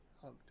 hugged